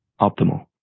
optimal